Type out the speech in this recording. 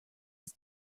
was